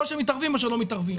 או שמתערבים או שלא מתערבים,